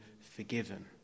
forgiven